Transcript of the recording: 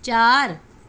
ਚਾਰ